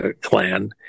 clan